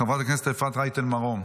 חברת הכנסת אפרת רייטן מרום,